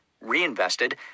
reinvested